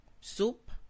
soup